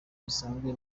bisanzwe